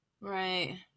right